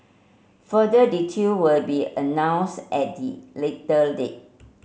further detail will be announced at a later date